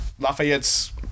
Lafayette's